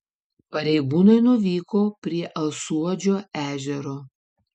pareigūnai nuvyko prie alsuodžio ežero